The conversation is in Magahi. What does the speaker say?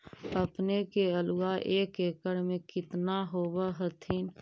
अपने के आलुआ एक एकड़ मे कितना होब होत्थिन?